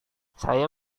saya